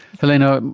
helena,